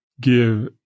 give